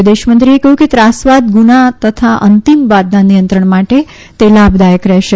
વિદેશમંત્રીએ કહ્યું કે ત્રાસવાદ ગુના તથા અંંતિમવાદના નિયંત્રણ માટે તે લાભદાયક રહેશે